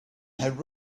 had